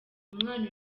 umwana